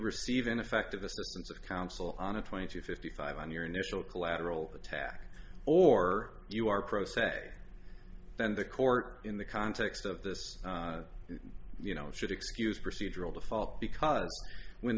receive ineffective assistance of counsel on a twenty two fifty five on your initial collateral attack or you are pro se then the court in the context of this you know it should excuse procedural default because when